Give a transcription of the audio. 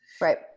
Right